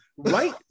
Right